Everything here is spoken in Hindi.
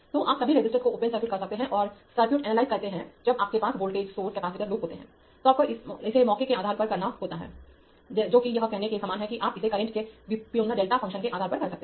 तो आप सभी रेसिस्टर्स को ओपन सर्किट कर सकते हैं और सर्किट एनालाइज करते हैं जब आपके पास वोल्टेज सोर्स कैपेसिटर लूप होते हैं तो आपको इसे मौके के आधार पर करना होता है जो कि यह कहने के समान है कि आप इसे करंट के व्युत्पन्न डेल्टा फंक्शन के आधार पर करते हैं